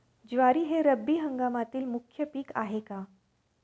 ज्वारी हे रब्बी हंगामातील मुख्य पीक आहे का?